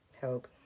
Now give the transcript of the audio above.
help